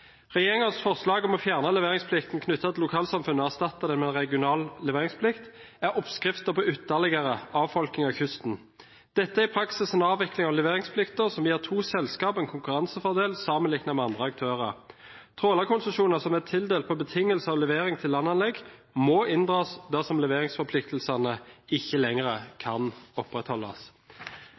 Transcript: forslag om å fjerne leveringsplikten knyttet til lokalsamfunnene og erstatte det med regional leveringsplikt, er oppskriften på ytterligere avfolking av kysten. Dette er i praksis en avvikling av leveringsplikten som gir to selskap en konkurransefordel sammenliknet med andre aktører. Trålerkonsesjoner som er tildelt på betingelse av levering til landanlegg, må inndras dersom leveringsforpliktelsene ikke lenger kan opprettholdes.